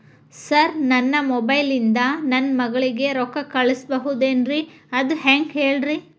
sir ನನ್ನ mobile ಇಂದ ನನ್ನ ಮಗಳಿಗೆ ರೊಕ್ಕಾ ಕಳಿಸಬಹುದೇನ್ರಿ ಅದು ಹೆಂಗ್ ಹೇಳ್ರಿ